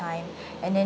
and then